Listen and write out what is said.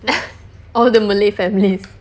all the malay families